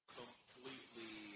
completely